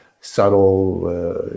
subtle